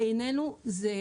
בעינינו החשיבות